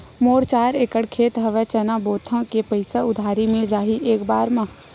मोर चार एकड़ खेत हवे चना बोथव के पईसा उधारी मिल जाही एक बार मा?